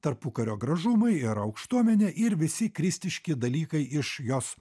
tarpukario gražumai yra aukštuomenė ir visi kristiški dalykai iš jos